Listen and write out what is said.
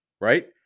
right